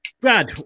Brad